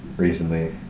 recently